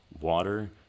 water